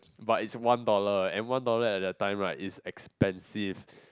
but is one dollar and one dollar at that time right is expensive